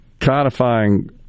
codifying